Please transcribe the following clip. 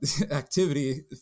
activity